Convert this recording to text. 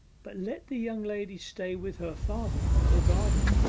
but, let the young lady stay with her father, or guardian,